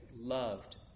loved